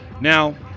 Now